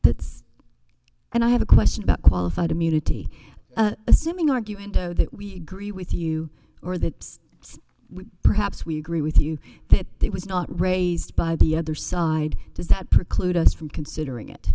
that and i have a question about qualified immunity assuming argument though that we grieve with you or that we perhaps we agree with you that it was not raised by the other side does that preclude us from considering it